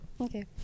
Okay